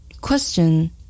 Question